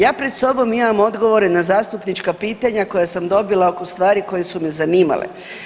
Ja pred sobom imam odgovore na zastupnička pitanja koja sam dobila oko stvari koje su me zanimale.